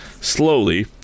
Slowly